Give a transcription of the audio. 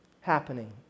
happening